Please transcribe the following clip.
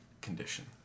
condition